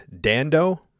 Dando